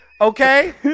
Okay